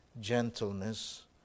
gentleness